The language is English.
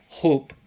hope